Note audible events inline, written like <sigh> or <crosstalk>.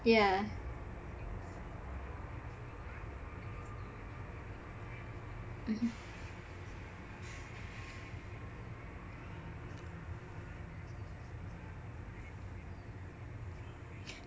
yah <breath>